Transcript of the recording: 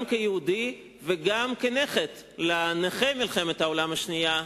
גם כיהודי וגם כנכד לנכה מלחמת העולם השנייה,